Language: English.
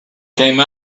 came